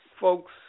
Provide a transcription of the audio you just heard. folks